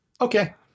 Okay